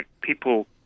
people